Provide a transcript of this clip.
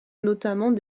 notamment